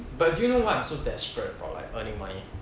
but do you know why I'm so desperate about like earning money